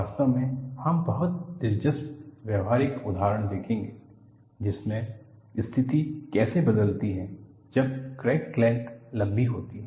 वास्तव में हम बहुत दिलचस्प व्यावहारिक उदाहरण देखेंगे जिसमें स्थिति कैसे बदलती है जब क्रैक लेंथ लंबी होती है